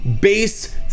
base